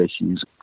issues